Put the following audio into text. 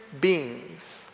beings